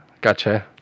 gotcha